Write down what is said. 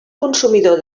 consumidor